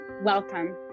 welcome